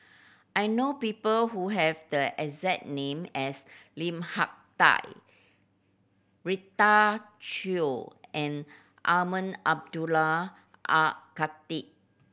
I know people who have the exact name as Lim Hak Tai Rita Chao and Umar Abdullah Al Khatib